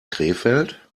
krefeld